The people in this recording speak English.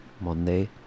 Monday